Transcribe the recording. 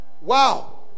Wow